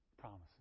promises